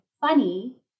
funny